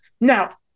Now